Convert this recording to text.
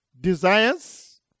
desires